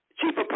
Chief